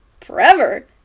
forever